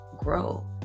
grow